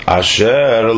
asher